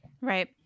Right